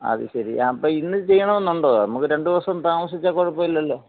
അത് ശരി അപ്പം ഇന്ന് ചെയ്യണമെന്നുണ്ടെങ്കിൽ നമുക്ക് രണ്ട് ദിവസം താമസിച്ചാൽ കുഴപ്പമില്ലല്ലോ